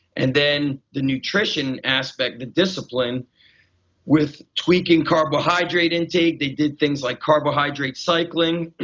and then the nutrition aspect, the discipline with tweaking carbohydrate intake, they did things like carbohydrate cycling.